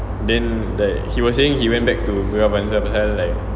then like he was saying he went back to Gegar Vaganza pasal like